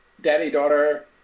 daddy-daughter